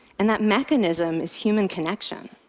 and that mechanism is human connection.